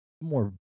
more